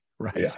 Right